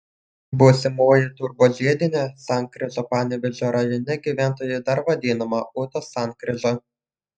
būsimoji turbožiedinė sankryža panevėžio rajone gyventojų dar vadinama ūtos sankryža